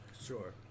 Sure